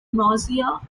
nausea